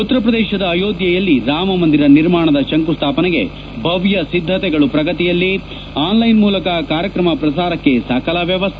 ಉತ್ತರ ಪ್ರದೇಶದ ಅಯೋಧ್ವೆಯಲ್ಲಿ ರಾಮಮಂದಿರ ನಿರ್ಮಾಣದ ಶಂಕು ಸ್ಟಾಪನೆಗೆ ಭವ್ಯ ಸಿದ್ದತೆಗಳು ಪ್ರಗತಿಯಲ್ಲಿ ಆನ್ಲೈನ್ ಮೂಲಕ ಕಾರ್ಯಕ್ರಮ ಪ್ರಸಾರಕ್ಕೆ ಸಕಲ ವ್ವವಸ್ನೆ